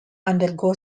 undergo